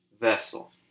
vessel